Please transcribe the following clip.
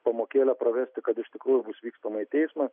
pamokėlę pravesti kad iš tikrųjų bus vykstama į teismą